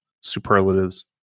superlatives